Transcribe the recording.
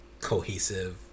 cohesive